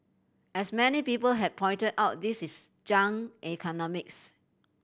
as many people have pointed out this is junk economics